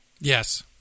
Yes